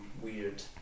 weird